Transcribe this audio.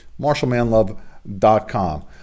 MarshallManLove.com